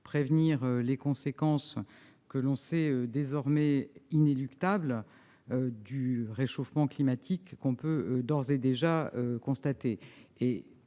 l'ensemble des conséquences, que l'on sait désormais inéluctables, de ce réchauffement climatique, que l'on peut d'ores et déjà constater.